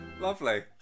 Lovely